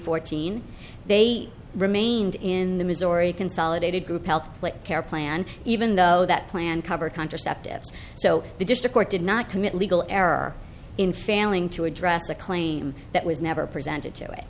fourteen they remained in the missouri consolidated group health care plan even though that plan covers contraceptives so they just the court did not commit legal error in failing to address a claim that was never presented to